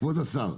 כבוד השר.